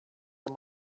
him